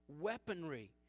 weaponry